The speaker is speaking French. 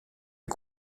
est